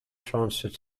transit